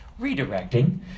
Redirecting